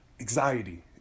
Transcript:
anxiety